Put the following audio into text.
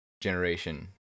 generation